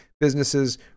businesses